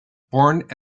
born